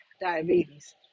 diabetes